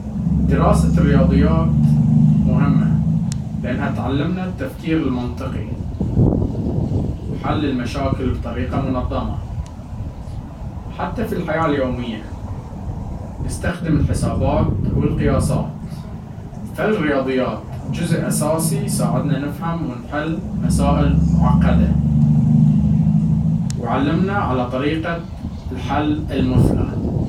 دراسة الرياضيات مهمة لأنها تعلمنا التفكير المنطقي وحل المشاكل بطريقة منظمة. حتى في الحياة اليومية نستخدم الحسابات والقياسات، فالرياضيات جزء أساسي يساعدنا نفهم ونحل مسائل معقدة ويعلمنا على طريقة الحل المثلى.